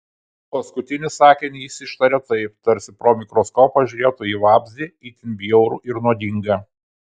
paskutinį sakinį jis ištarė taip tarsi pro mikroskopą žiūrėtų į vabzdį itin bjaurų ir nuodingą